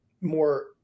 more